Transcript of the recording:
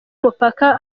umupaka